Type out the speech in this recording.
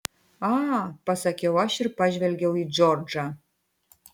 a pasakiau aš ir pažvelgiau į džordžą